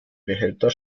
behälter